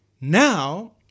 Now